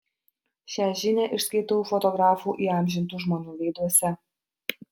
šią žinią išskaitau fotografų įamžintų žmonių veiduose